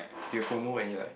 you have fomo when you like